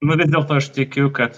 nu vis dėlto aš tikiu kad